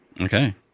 Okay